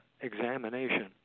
examination